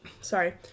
Sorry